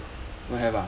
nope